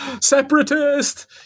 separatist